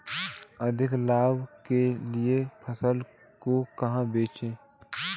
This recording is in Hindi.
अधिक लाभ के लिए फसलों को कहाँ बेचें?